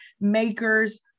makers